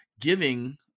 giving